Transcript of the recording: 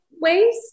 ways